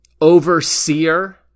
overseer